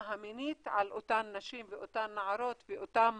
המינית על אותן נשים ואותן נערות ואותן